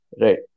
right